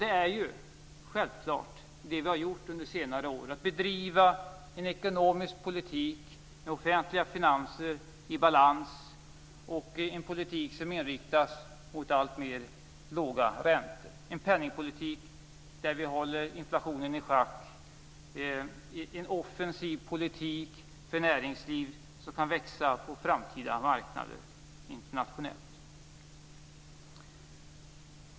Det är självfallet det som vi har gjort under senare år, nämligen att bedriva en ekonomisk politik med offentliga finanser i balans och som inriktas på alltmer låga räntor, en penningpolitik som håller inflationen i schack, en offensiv politik så att näringslivet kan växa internationellt på framtida marknader.